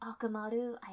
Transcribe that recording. Akamaru